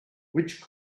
which